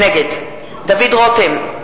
נגד דוד רותם,